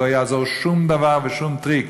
לא יעזור שום דבר ושום טריק.